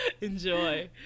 Enjoy